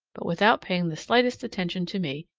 but without paying the slightest attention to me,